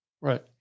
Right